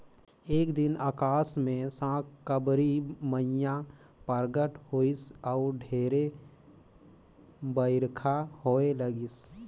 एक दिन अकास मे साकंबरी मईया परगट होईस अउ ढेरे बईरखा होए लगिस